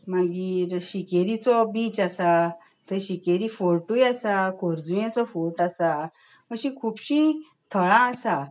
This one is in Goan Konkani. मागीर सिकेरीचो बीच आसा थंय सिकेरी फोर्टूय आसा खोर्जुंवेचो फोर्ट आसा अशीं खूबशीं थळां आसात